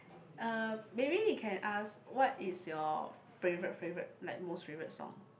uh maybe we can ask what is your favourite favourite like most favourite song